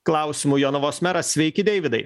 klausimų jonavos meras sveiki deividai